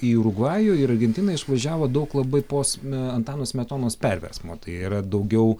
į urugvajų ir argentiną išvažiavo daug labai po sme antano smetonos perversmo tai yra daugiau